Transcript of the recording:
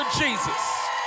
Jesus